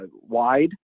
wide